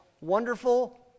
Wonderful